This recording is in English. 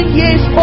years